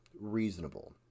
Reasonable